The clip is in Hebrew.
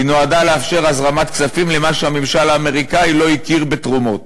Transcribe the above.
היא נועדה לאפשר הזרמת כספים למה שהממשל האמריקני לא הכיר בתרומות